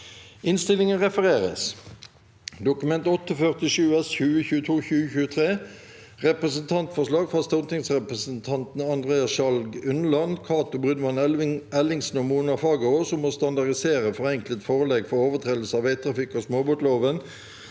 2023 v e d t a k : Dokument 8:47 S (2022–2023) – Representantforslag fra stortingsrepresentantene Andreas Sjalg Unneland, Cato Brunvand Ellingsen og Mona Fagerås om å standardisere forenklet forelegg for overtredelse av vegtrafikk- og småbåtloven